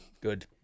Good